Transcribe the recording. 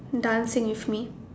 dancing with me